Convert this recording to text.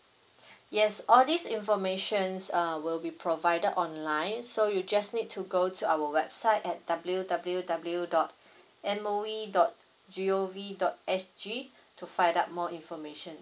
yes all these informations uh will be provided online so you just need to go to our website at W W W dot M O E dot G O V dot S G to find out more information